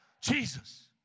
Jesus